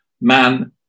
man